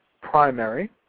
primary